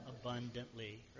abundantly